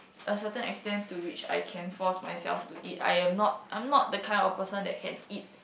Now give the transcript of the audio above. a certain extent to which I can force myself to eat I am not I'm not the kind of person that can eat